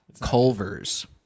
Culver's